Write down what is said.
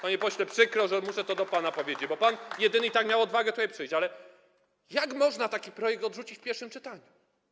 Panie pośle, przykro, że muszę to panu powiedzieć, bo pan i tak jako jedyny miał odwagę tutaj przyjść, ale jak można taki projekt odrzucić w pierwszym czytaniu?